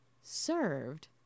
served